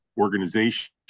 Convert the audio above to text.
organization